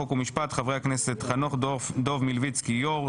חוק ומשפט: חנוך דב מלביצקי יו"ר,